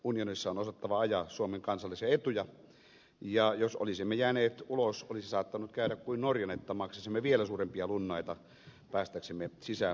unionissa on osattava ajaa suomen kansallisia etuja ja jos olisimme jääneet ulos olisi saattanut käydä kuin norjalle että maksaisimme vielä suurempia lunnaita päästäksemme sisään markkinoille